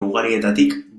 ugarietatik